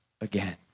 again